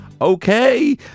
Okay